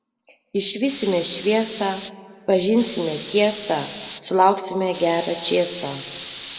išvysime šviesą pažinsime tiesą sulauksime gerą čėsą